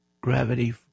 gravity